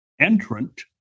entrant